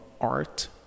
art